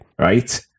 right